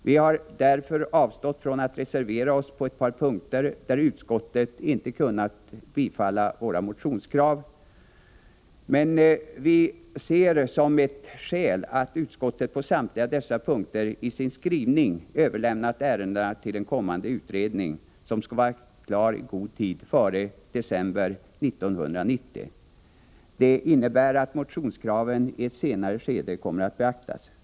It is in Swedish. Vi har därför avstått från att reservera oss på ett par punkter där utskottet inte kunnat tillstyrka våra motionskrav, men vi ser som ett skäl att utskottet på samtliga dessa punkter i sin skrivning överlämnat ärendena till en kommande utredning, som skall vara klar i god tid före december 1990. Det innebär att motionskraven i ett senare skede kommer att beaktas.